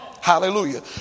Hallelujah